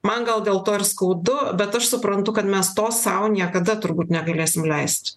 man gal dėl to ir skaudu bet aš suprantu kad mes to sau niekada turbūt negalėsim leist